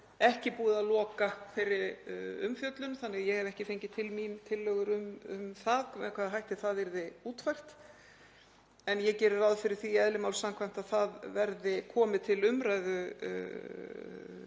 er búið að loka þeirri umfjöllun þannig að ég hef ekki fengið til mín tillögur um það með hvaða hætti það yrði útfært. En ég geri ráð fyrir því eðli máls samkvæmt að það komi til umræðu